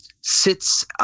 sits